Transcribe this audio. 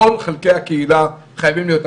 כל חלקי הקהילה חייבים להיות.